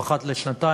בעד באסל גטאס,